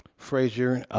fraser,